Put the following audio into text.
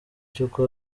cy’uko